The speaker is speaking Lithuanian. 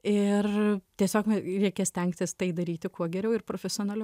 ir tiesiog reikia stengtis tai daryti kuo geriau ir profesionaliau